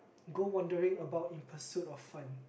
go wandering about in pursuit of fun